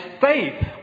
faith